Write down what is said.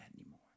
anymore